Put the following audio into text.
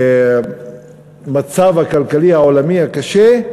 המצב הכלכלי העולמי הקשה,